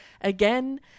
again